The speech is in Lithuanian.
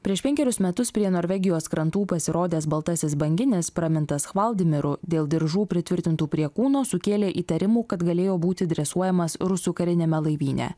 prieš penkerius metus prie norvegijos krantų pasirodęs baltasis banginis pramintas hvaldimiru dėl diržų pritvirtintų prie kūno sukėlė įtarimų kad galėjo būti dresuojamas rusų kariniame laivyne